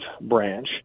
branch